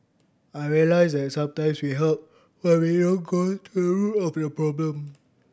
I realised that sometimes we help but we don't go to the root of the problem